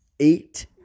Eight